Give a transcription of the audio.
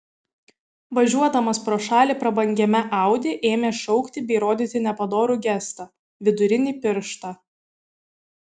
važiuodamas pro šalį prabangiame audi ėmė šaukti bei rodyti nepadorų gestą vidurinį pirštą